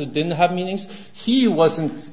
it didn't have means he wasn't